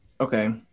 okay